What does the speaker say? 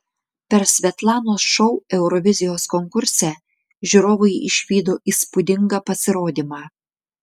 per svetlanos šou eurovizijos konkurse žiūrovai išvydo įspūdingą pasirodymą